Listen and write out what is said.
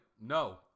no